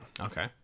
okay